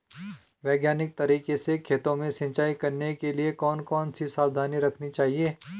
वैज्ञानिक तरीके से खेतों में सिंचाई करने के लिए कौन कौन सी सावधानी रखनी चाहिए?